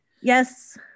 Yes